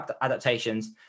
adaptations